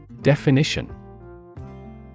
Definition